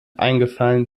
eingefallen